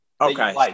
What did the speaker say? Okay